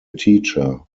teacher